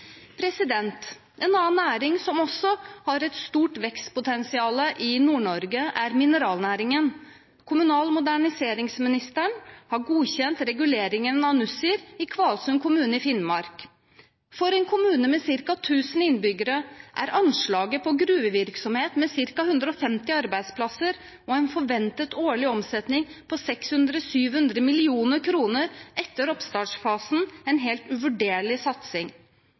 En annen næring som også har et stort vekstpotensial i Nord-Norge, er mineralnæringen. Kommunal- og moderniseringsministeren har godkjent reguleringen av Nussir i Kvalsund kommune i Finnmark. For en kommune med ca. 1 000 innbyggere er anslaget på gruvevirksomhet med ca. 150 arbeidsplasser og en forventet årlig omsetning på 600–700 mill. kr etter oppstartsfasen en helt uvurderlig satsing.